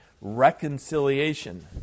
reconciliation